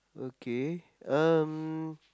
okay um